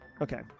Okay